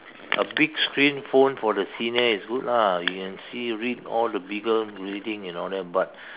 a big screen phone for the senior is good lah you can see read all the bigger reading and all that but